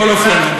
בכל אופן,